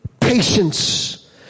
patience